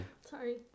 Sorry